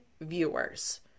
viewers